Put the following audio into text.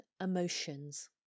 emotions